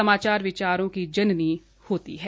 समाचार विचारों की जननी होती है